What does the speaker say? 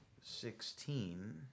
sixteen